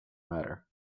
matter